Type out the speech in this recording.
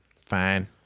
Fine